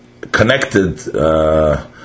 connected